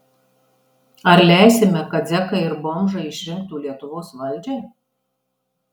ar leisime kad zekai ir bomžai išrinktų lietuvos valdžią